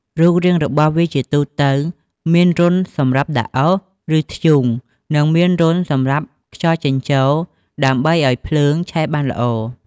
រូបរាងរបស់វាជាទូទៅមានរន្ធសម្រាប់ដាក់អុស ឬធ្យូង និងមានរន្ធសម្រាប់ខ្យល់ចេញចូល ដើម្បីឱ្យភ្លើងឆេះបានល្អ។